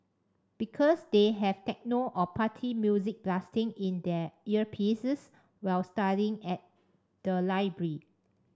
because they have techno or party music blasting in their earpieces while studying at the library